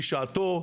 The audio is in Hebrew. בשעתו,